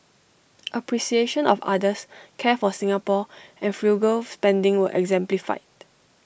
appreciation of others care for Singapore frugal spending were exemplified